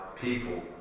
people